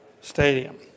stadium